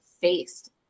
faced